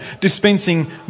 dispensing